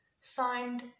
signed